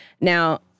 Now